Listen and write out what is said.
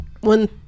one